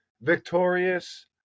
victorious